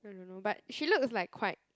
I don't know but she looks like quite